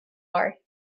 are